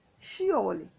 Surely